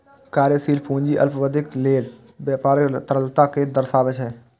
कार्यशील पूंजी अल्पावधिक लेल व्यापारक तरलता कें दर्शाबै छै